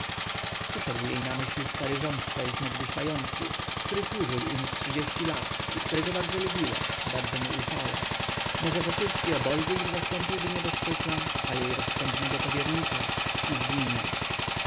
przyszedł jej na myśl stary rządca ich niegdyś majątku który służył u nich lat i którego bardzo lubiła bardzo mu ufała może wokulski obojgu im zastąpiłby nieboszczyka a jej rozsądnego powiernika i zginie